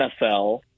NFL